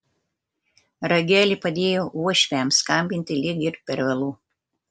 ragelį padėjo uošviams skambinti lyg ir per vėlu